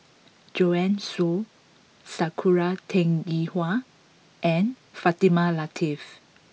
Joanne Soo Sakura Teng Ying Hua and Fatimah Lateef